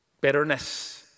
Bitterness